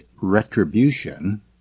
retribution